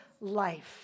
life